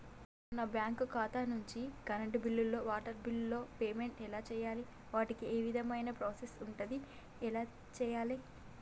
నేను నా బ్యాంకు ఖాతా నుంచి కరెంట్ బిల్లో వాటర్ బిల్లో పేమెంట్ ఎలా చేయాలి? వాటికి ఏ విధమైన ప్రాసెస్ ఉంటది? ఎలా చేయాలే?